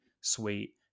sweet